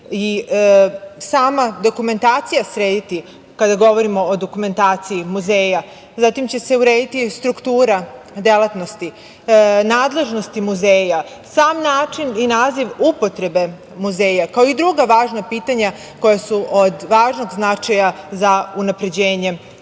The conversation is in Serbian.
i sama dokumentacija, srediti, kada govorimo o dokumentaciji muzeja. Zatim će se urediti struktura delatnosti nadležnosti muzeja, sam način i naziv upotrebe muzeja, kao i druga važna pitanja koja su od važnog značaja za unapređenje ove